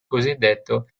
cosiddetto